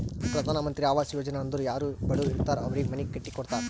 ಪ್ರಧಾನ್ ಮಂತ್ರಿ ಆವಾಸ್ ಯೋಜನಾ ಅಂದುರ್ ಯಾರೂ ಬಡುರ್ ಇರ್ತಾರ್ ಅವ್ರಿಗ ಮನಿ ಕಟ್ಟಿ ಕೊಡ್ತಾರ್